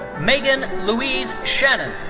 meghan louise shannon.